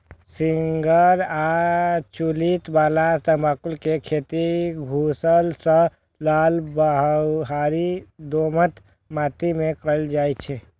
cigar आ चुरूट बला तंबाकू के खेती धूसर सं लाल बलुआही दोमट माटि मे कैल जाइ छै